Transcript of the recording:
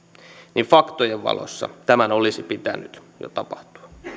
niin faktojen valossa tämän olisi pitänyt jo tapahtua